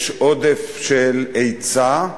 יש עודף של היצע,